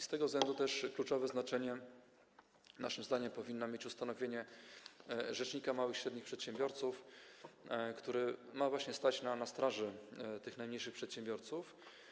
Z tego względu kluczowe znaczenie naszym zdaniem powinno też mieć ustanowienie rzecznika małych i średnich przedsiębiorców, który miałby właśnie stać na straży praw tych najmniejszych przedsiębiorców.